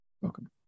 Welcome